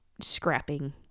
scrapping